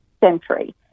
century